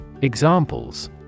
Examples